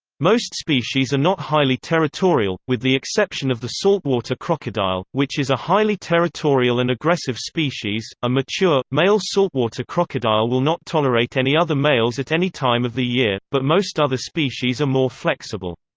most species are not highly territorial, with the exception of the saltwater crocodile, which is a highly territorial and aggressive species a mature, male saltwater crocodile will not tolerate any other males at any time of the year, but most other species are more flexible.